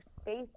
space